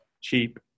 cheap